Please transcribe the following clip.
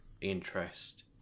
interest